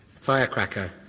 Firecracker